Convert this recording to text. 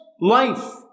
life